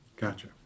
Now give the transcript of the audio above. Gotcha